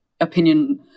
opinion